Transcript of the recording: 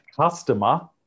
customer